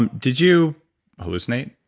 um did you hallucinate?